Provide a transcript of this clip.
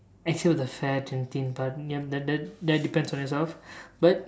except the fat and thin part ya that that depends on yourself but